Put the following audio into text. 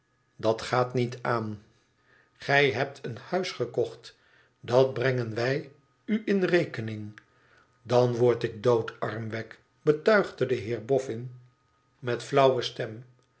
dat gaat niet aan gij hebt een huis gekocht dat brengen wij u in rekening dan word ik doodarm wegg betuigde de heer boffin met flauwe stem